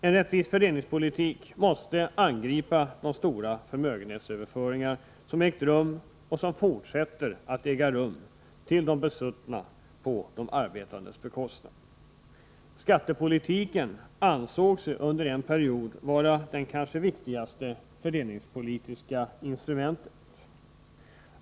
En rättvis fördelningspolitik måste angripa de stora förmögenhetsöverfö ringar som ägt rum och som fortsätter att äga rum till de besuttna och på de arbetandes bekostnad. Skattepolitiken ansågs under en period vara det kanske viktigaste fördelningspolitiska instrumentet.